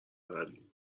عقبیم